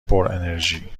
پرانرژی